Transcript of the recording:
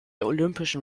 olympischen